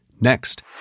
Next